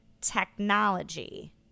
technology